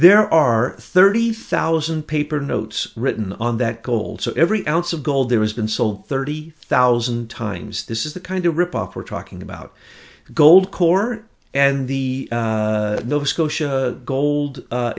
there are thirty thousand paper notes written on that gold so every ounce of gold there has been sold thirty thousand times this is the kind of rip off we're talking about gold core and the nova scotia gold